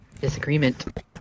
disagreement